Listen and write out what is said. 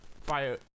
fire